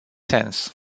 sens